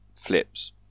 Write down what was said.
flips